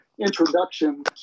introduction